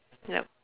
yup